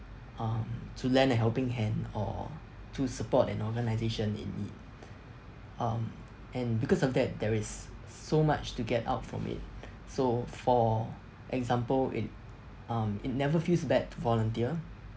um to lend a helping hand or to support an organisation in need um and because of that there is so much to get out from it so for example in um it never feels bad to volunteer